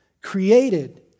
created